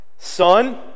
Son